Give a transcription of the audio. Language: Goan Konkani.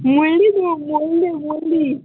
मुल्ली न्हू मुरली मुरली